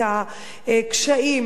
את הקשיים,